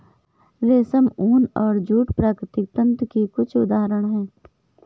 रेशम, ऊन और जूट प्राकृतिक तंतु के कुछ उदहारण हैं